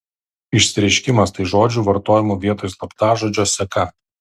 išsireiškimas tai žodžių vartojamų vietoj slaptažodžio seka